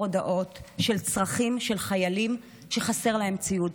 הודעות על צרכים של חיילים שחסר להם ציוד,